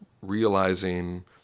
realizing